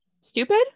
stupid